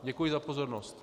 Děkuji za pozornost.